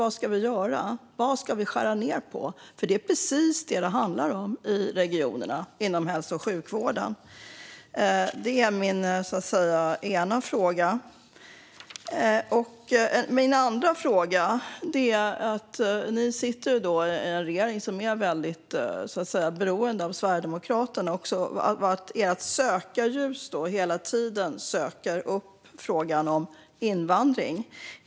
Vad ska vi göra? Vad ska vi skära ned på? Det är precis vad det handlar om i regionerna inom hälso och sjukvården. Det är min ena fråga. Min andra fråga är denna. Ni sitter i en regering som är väldigt beroende av Sverigedemokraterna. Ert sökarljus söker hela tiden upp frågan om invandring.